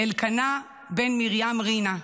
אלקנה בן מרים רינה,